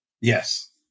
Yes